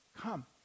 come